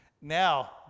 Now